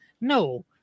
No